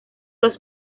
los